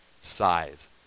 size